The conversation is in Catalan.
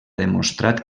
demostrat